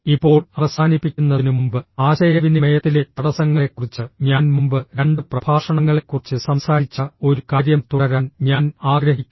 ഇപ്പോൾ അവസാനിപ്പിക്കുന്നതിനുമുമ്പ് ആശയവിനിമയത്തിലെ തടസ്സങ്ങളെക്കുറിച്ച് ഞാൻ മുമ്പ് രണ്ട് പ്രഭാഷണങ്ങളെക്കുറിച്ച് സംസാരിച്ച ഒരു കാര്യം തുടരാൻ ഞാൻ ആഗ്രഹിക്കുന്നു